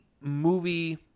movie